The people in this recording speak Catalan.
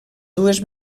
dues